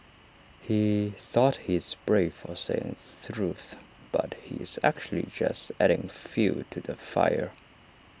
he thought he's brave for saying truth but he's actually just adding fuel to the fire